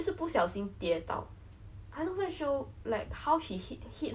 so like we are only ah like P_three